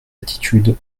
attitude